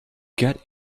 get